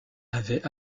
avait